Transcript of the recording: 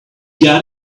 got